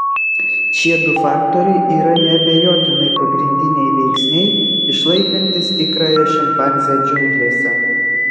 šie du faktoriai yra neabejotinai pagrindiniai veiksniai išlaikantys tikrąją šimpanzę džiunglėse